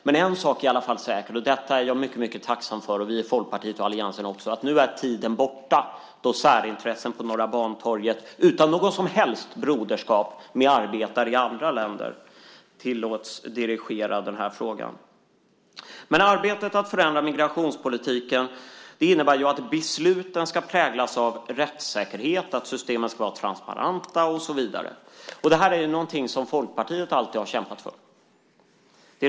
Men en sak är i alla fall säker - och det är jag, Folkpartiet och vi i alliansen också mycket tacksamma för - och det är att nu är tiden borta då särintressen på Norra Bantorget utan något som helst broderskap med arbetare i andra länder tilläts dirigera den här frågan. Arbetet för att förändra migrationspolitiken innebär att besluten ska präglas av rättssäkerhet, att systemen ska vara transparenta och så vidare. Det här är någonting som Folkpartiet alltid har kämpat för.